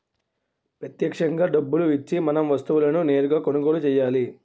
ప్రత్యక్షంగా డబ్బులు ఇచ్చి మనం వస్తువులను నేరుగా కొనుగోలు చేయాలి